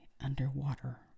underwater